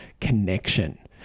connection